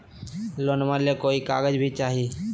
लोनमा ले कोई कागज भी चाही?